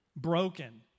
broken